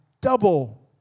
double